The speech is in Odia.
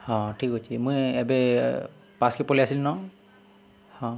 ହଁ ଠିକ୍ ଅଛି ମୁଇଁ ଏବେ ପାସ୍କେ ପଲେଇ ଆସ୍ଲି ନ ହଁ